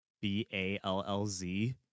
B-A-L-L-Z